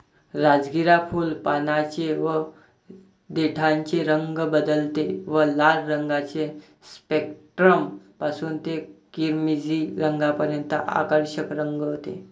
राजगिरा फुल, पानांचे व देठाचे रंग बदलते व लाल रंगाचे स्पेक्ट्रम पासून ते किरमिजी रंगापर्यंत आकर्षक रंग होते